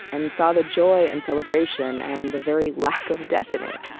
and saw the joy and celebration and the very lack of death in it